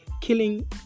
killing